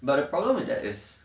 but the problem with that is